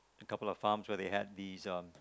a couple of farms where they had these um